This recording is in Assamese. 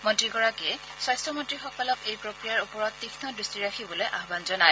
মন্ত্ৰীগৰাকীয়ে স্বাস্থ্য মন্ত্ৰীসকলক এই প্ৰক্ৰিয়াৰ ওপৰত তীক্ষ দৃষ্টি ৰাখিবলৈ আহান জনায়